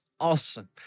awesome